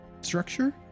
structure